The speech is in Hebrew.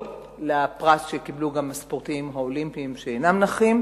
לפרס שקיבלו הספורטאים האולימפיים שאינם נכים.